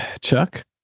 Chuck